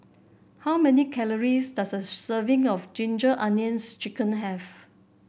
how many calories does a serving of Ginger Onions chicken have